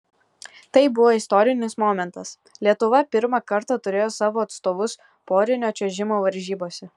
tai buvo istorinis momentas lietuva pirmą kartą turėjo savo atstovus porinio čiuožimo varžybose